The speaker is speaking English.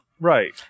Right